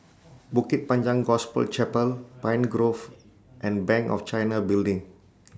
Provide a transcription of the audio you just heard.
Bukit Panjang Gospel Chapel Pine Grove and Bank of China Building